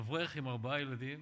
אברך עם ארבעה ילדים